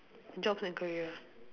jobs and career